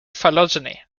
phylogeny